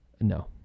No